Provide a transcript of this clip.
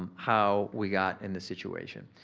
um how we got in this situation.